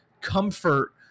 comfort